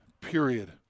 period